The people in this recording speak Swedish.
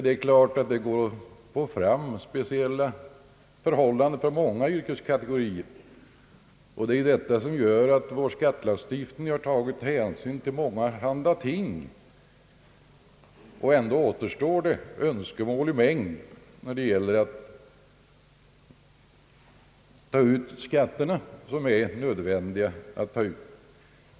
Det är klart att det går att få fram speciella förhållanden för många yrkeskategorier. Vår skattelagstiftning har ju också tagit hänsyn till mångahanda ting, men ändå återstår önskemål i mängd när det gäller att ta ut nödvändiga skatter.